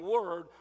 word